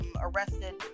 arrested